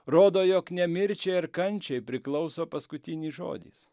rodo jog ne mirčiai ar kančiai priklauso paskutinis žodis